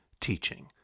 teaching